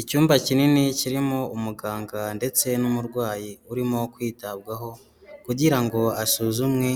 Icyumba kinini kirimo umuganga ndetse n'umurwayi urimo kwitabwaho, kugira ngo asuzumwe